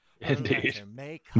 Indeed